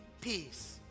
peace